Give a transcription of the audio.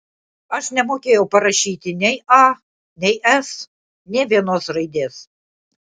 aš nemokėjau parašyti nei a nei s nė vienos raidės